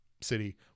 city